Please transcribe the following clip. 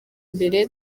imbere